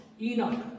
Enoch